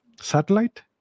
satellite